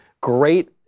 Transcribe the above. Great